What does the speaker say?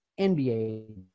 nba